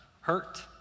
hurt